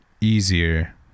easier